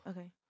Okay